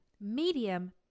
medium